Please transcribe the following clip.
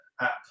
app